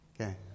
Okay